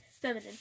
Feminine